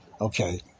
Okay